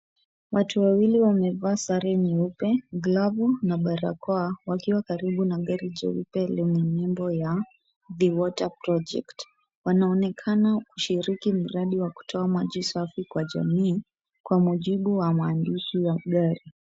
Watu wawili wamevaa sare nyeupe, glavu na barakoa wakiwa karibu na gari chepu lenye nembo ya the Water Project . Wanaonekana kushiriki mradi wa kutoa maji safi kwa jamii kwa mujibu wa maandishi ya gari.